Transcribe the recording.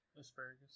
Asparagus